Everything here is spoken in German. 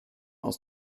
aus